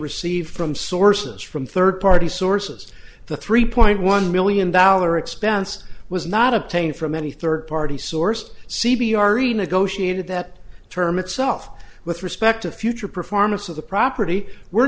received from sources from third party sources the three point one million dollar expense was not obtained from any third party source c b r renegotiated that term itself with respect to future performance of the property we're